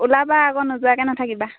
ওলাবা আকৌ নোযোৱাকৈ নাথাকিবা